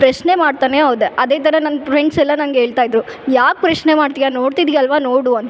ಪ್ರಶ್ನೆ ಮಾಡ್ತಾನೆ ಹೋದೆ ಅದೇ ಥರ ನನ್ನ ಫ್ರೆಂಡ್ಸ್ ಎಲ್ಲ ನಂಗೆ ಹೇಳ್ತಾ ಇದ್ದರು ಯಾಕೆ ಪ್ರಶ್ನೆ ಮಾಡ್ತಿಯಾ ನೋಡ್ತಿದ್ದಿ ಅಲ್ಲವಾ ನೋಡು ಅಂತ